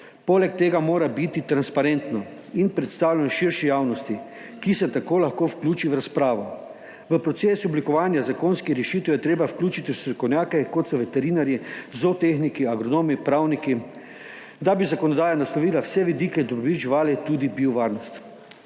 Poleg tega mora biti transparentno in predstavljeno širši javnosti, ki se tako lahko vključi v razpravo. V proces oblikovanja zakonskih rešitev je treba vključiti strokovnjake, kot so veterinarji, zootehniki, agronomi, pravniki, da bi zakonodaja naslovila vse vidike dobrobiti živali, tudi biovarnost.